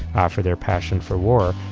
ah for their passion for war,